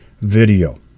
Video